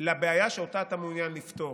לבעיה שאותה אתה מעוניין לפתור.